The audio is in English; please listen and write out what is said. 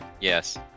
yes